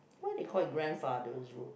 why they call it grandfathers road